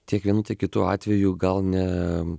tiek vienu kitu atveju gal ne